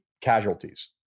casualties